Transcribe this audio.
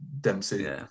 Dempsey